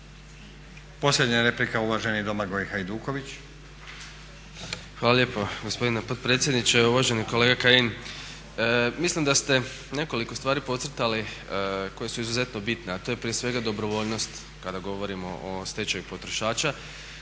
Posljednja replika, uvaženi Domagoj Hajduković. **Hajduković, Domagoj (SDP)** Hvala lijepo gospodine potpredsjedniče. Uvaženi kolega Kajin, mislim da ste nekoliko stvari podcrtali koje su izuzetno bitne, a to je prije svega dobrovoljnost kada govorimo o stečaju potrošača,